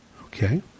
Okay